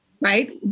right